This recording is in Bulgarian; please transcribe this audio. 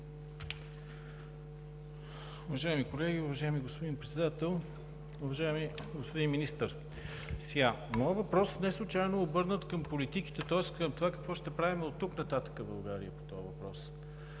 Уважаеми колеги, уважаеми господин Председател! Уважаеми господин Министър, моят въпрос неслучайно е обърнат към политиките, тоест към това, какво ще правим оттук нататък в България по този въпрос?